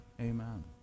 amen